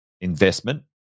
investment